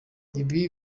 ibi